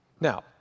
Now